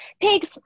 Pigs